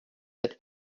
that